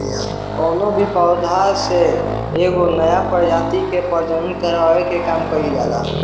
कवनो भी पौधा से एगो नया प्रजाति के प्रजनन करावे के काम एमे कईल जाला